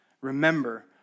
Remember